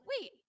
Wait